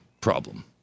problem